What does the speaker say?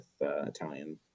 Italian